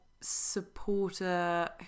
supporter